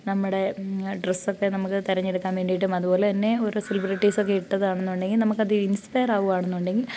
നമ്മുടെ ഡ്രെസ്സൊക്കെ നമുക്ക് തിരഞ്ഞെടുക്കാൻ വേണ്ടിയിട്ടും അതുപോലെത്തന്നെ ഓരോ സെലിബ്രിറ്റീസൊക്കെ ഇട്ടതാണെന്നുണ്ടെങ്കിൽ നമുക്കത് ഇൻസ്പയറാകുകയാണെന്നുണ്ടെങ്കിൽ